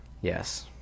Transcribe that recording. yes